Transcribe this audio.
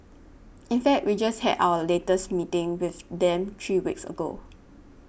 in fact we just had our latest meeting with them three weeks ago